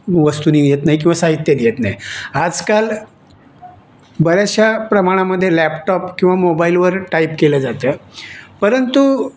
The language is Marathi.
वस्तूने येत नाही किंवा साहित्यने येत नाही आजकाल बऱ्याचशा प्रमाणामध्ये लॅपटॉप किंवा मोबाईलवर टाईप केलं जातं परंतु